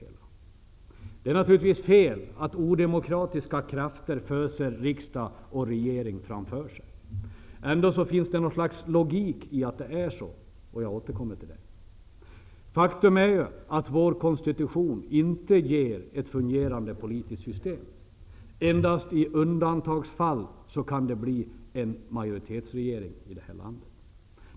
Det är naturligtvis fel att odemokratiska krafter föser riksdag och regering framför sig. Ändå finns det någon slags logik i att det är så. Jag återkommer till detta. Faktum är att vår konstitution inte ger ett fungerande politiskt system. Endast i undantagsfall kan det bli en majoritetsregering i detta land.